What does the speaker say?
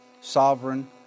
sovereign